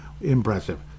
Impressive